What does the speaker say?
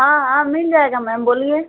हाँ हाँ मिल जाएगा मैम बोलिए